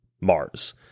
Mars